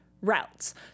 routes